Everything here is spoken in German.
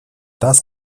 das